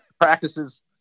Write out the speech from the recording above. practices